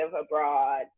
abroad